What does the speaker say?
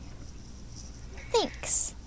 Thanks